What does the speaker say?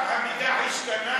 המידע השתנה?